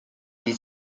and